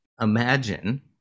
imagine